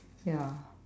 ya